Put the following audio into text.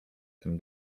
tym